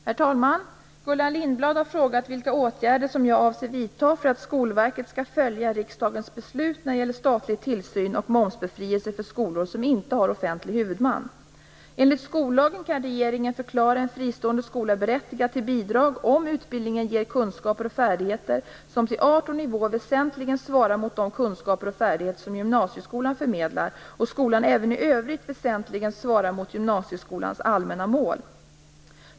Herr talman! Gullan Lindblad har frågat vilka åtgärder jag avser vidta för att Skolverket skall följa riksdagens beslut när det gäller statlig tillsyn och momsbefrielse för skolor som inte har offentlig huvudman. Enlig skollagen kan regeringen förklara en fristående skola berättigad till bidrag om utbildningen ger kunskaper och färdigheter som till art och nivå väsentligen svarar mot de kunskaper och färdigheter som gymnasieskolan förmedlar och om skolan även i övrigt väsentligen svarar mot gymnasieskolans allmänna mål.